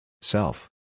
Self